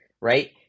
right